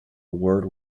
word